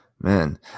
man